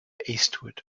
eastward